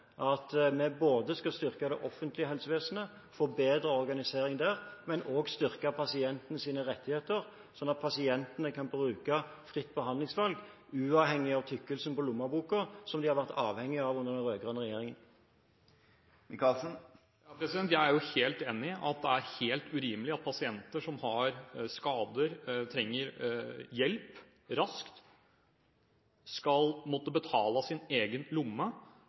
at vi både skal styrke det offentlige helsevesenet, få en bedre organisering der, og styrke pasientenes rettigheter, slik at pasientene kan bruke fritt behandlingsvalg uavhengig av tykkelsen på lommeboka, som de har vært avhengig av under den rød-grønne regjeringen. Jeg er enig i at det er helt urimelig at pasienter som har skader, som trenger hjelp raskt, skal måtte betale av egen lomme